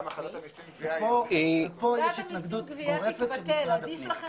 פה יש התנגדות גורפת של משרד הפנים.